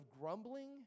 grumbling